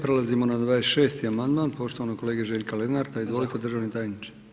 Prelazimo na 26. amandman poštovanog kolege Željka Lenarta, izvolite državni tajniče.